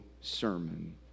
sermon